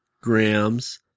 grams